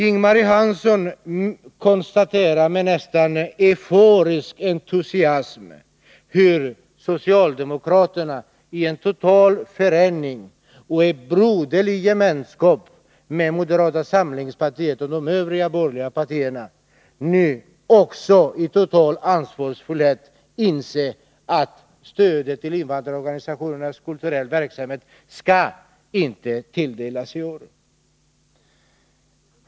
Ing-Marie Hansson konstaterar med nästan euforisk entusiasm hur socialdemokraterna i en total förening och broderlig gemenskap med moderata samlingspartiet och de övriga borgerliga partierna, nu också i total ansvarsfullhet, inser att stöd till invandrarorganisationernas kulturella verksamhet inte skall kunna tilldelas i år.